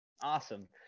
Awesome